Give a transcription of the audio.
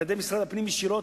על-ידי משרד הפנים ישירות,